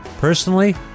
personally